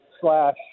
slash